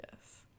yes